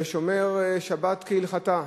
ושומר שבת כהלכתה,